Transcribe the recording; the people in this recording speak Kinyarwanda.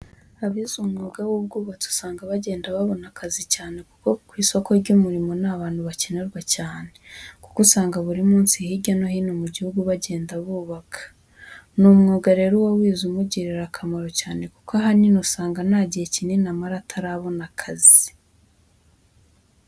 Abize umwuga w'ubwubatsi usanga bagenda babon akazi cyane kuko ku isoko ry'umurimo ni abantu bakenerwa cyane, kuko usanga buri munsi hirya no hino mu gihugu bagenda bubaka. Ni umwuga rero uwawize umugirira akamaro cyane kuko ahanini usanga nta gihe kinini amara atarabona akazi.